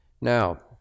Now